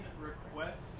request